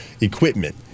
equipment